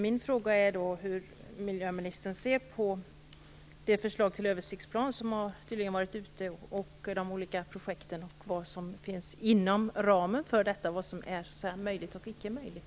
Min fråga är hur miljöministern ser på det förslag till översiktsplan som tydligen har varit ute på remiss, på de olika projekten och på vad som ryms inom ramen för detta. Vad är möjligt och icke möjligt?